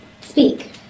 speak